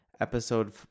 episode